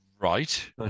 Right